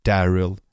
Daryl